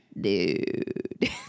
dude